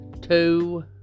two